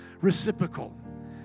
reciprocal